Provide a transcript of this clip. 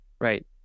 right